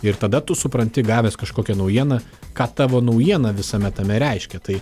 ir tada tu supranti gavęs kažkokią naujieną ką tavo naujiena visame tame reiškia tai